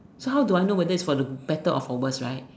so how do I know that whether it is for the better or for worst right